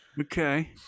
Okay